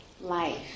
life